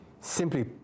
Simply